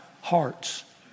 Hearts